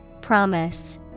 Promise